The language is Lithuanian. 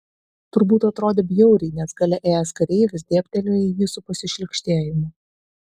turbūt atrodė bjauriai nes gale ėjęs kareivis dėbtelėjo į jį su pasišlykštėjimu